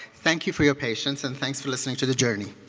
thank you for your patience and thanks for listening to the journey.